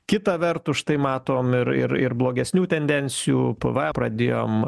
kita vertus štai matom ir ir ir blogesnių tendencijų p v a pradėjom